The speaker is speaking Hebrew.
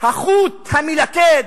החוט המלכד,